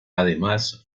además